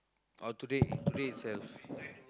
or today today itself